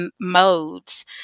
modes